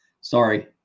Sorry